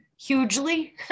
hugely